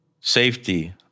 safety